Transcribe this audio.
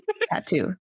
tattoo